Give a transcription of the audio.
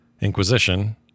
Inquisition